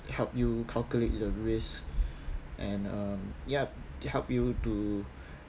help you calculate the risk and um yup help you to